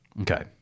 okay